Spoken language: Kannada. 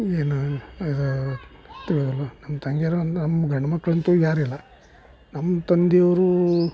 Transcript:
ಏನು ಇದು ತಿಳಿಯುವುದಿಲ್ಲ ನಮ್ಮ ತಂಗಿಯರು ಅಂದರೆ ನಮ್ಮ ಗಂಡ ಮಕ್ಕಳು ಅಂತೂ ಯಾರಿಲ್ಲ ನಮ್ಮ ತಂದೆಯವರು